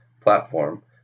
platform